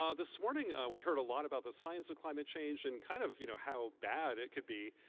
um this morning, we heard a lot about the science of climate change and kind of you know how bad it could be,